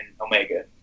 Omega